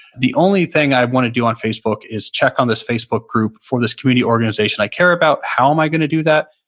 only thing i want to do on facebook is check on this facebook group for this community organization i care about. how am i going to do that?